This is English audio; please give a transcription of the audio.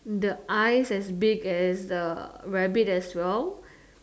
the eyes as big as big as the rabbit as well